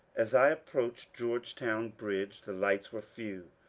as i approached georgetown bridge the lights were few,